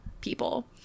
people